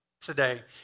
today